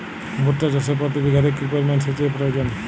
ভুট্টা চাষে প্রতি বিঘাতে কি পরিমান সেচের প্রয়োজন?